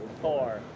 four